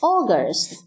August